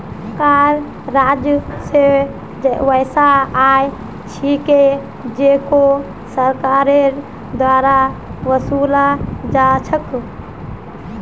कर राजस्व वैसा आय छिके जेको सरकारेर द्वारा वसूला जा छेक